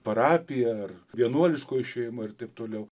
parapija ar vienuoliškoji šeima ir taip toliau